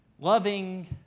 loving